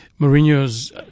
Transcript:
Mourinho's